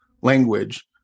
language